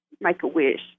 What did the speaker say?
Make-A-Wish